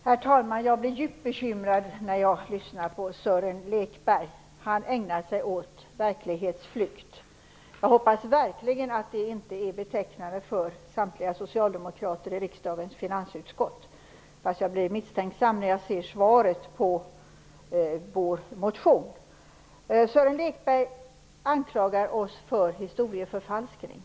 Herr talman! Jag blir djupt bekymrad när jag lyssnar på Sören Lekberg. Han ägnar sig åt verklighetsflykt. Jag hoppas verkligen att det inte är betecknande för samtliga socialdemokrater i riksdagens finansutskott. Fast jag blir misstänksam när jag ser svaret på vår motion. Sören Lekberg anklagar oss för historieförfalskning.